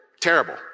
Terrible